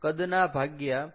કદના ભાગ્યા 7